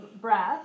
breath